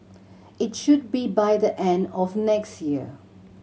it should be by the end of next year